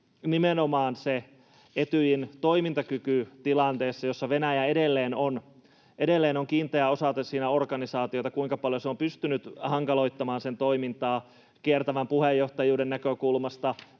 nimenomaan se Etyjin toimintakyky tilanteessa, jossa Venäjä edelleen on kiinteä osa organisaatiota: se, kuinka paljon se on pystynyt hankaloittamaan sen toimintaa kiertävän puheenjohtajuuden näkökulmasta,